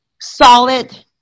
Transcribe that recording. solid